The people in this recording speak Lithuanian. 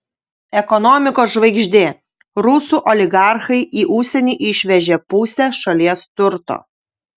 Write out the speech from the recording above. ekonomikos žvaigždė rusų oligarchai į užsienį išvežė pusę šalies turto